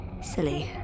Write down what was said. Silly